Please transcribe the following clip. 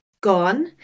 gone